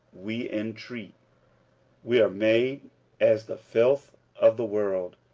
we intreat we are made as the filth of the world,